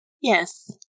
Yes